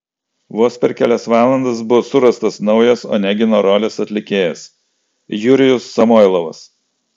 vos per kelias valandas buvo surastas naujas onegino rolės atlikėjas jurijus samoilovas